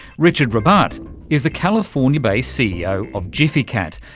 richard rabbat is the california-based ceo of gfycat,